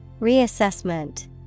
Reassessment